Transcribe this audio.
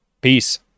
Peace